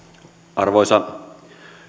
arvoisa